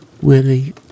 Willie